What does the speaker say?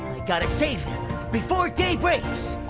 gotta save them before day breaks!